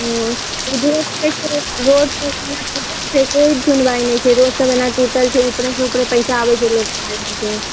हुँ रोड रोडसबके कोइ सुनवाइ नहि छै रोडसब एना टुटल छै उपरेसँ उपर पइसा आबै छै लोक खा जाइ छै